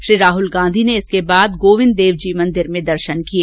श्री गांधी ने इसके बाद गोविंद देवजी मंदिर में दर्शन किए